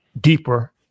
deeper